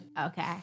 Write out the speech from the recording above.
Okay